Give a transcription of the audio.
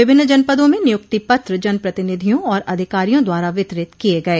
विभिन्न जनपदों में नियुक्ति पत्र जनप्रतिनिधियों और अधिकारियों द्वारा वितरित किये गये